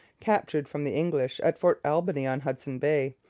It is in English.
captured from the english at fort albany on hudson bay,